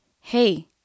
hey